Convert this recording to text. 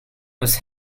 was